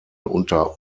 unter